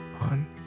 on